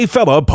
Fella